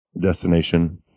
destination